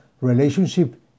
relationship